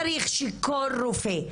צריך שכל רופא,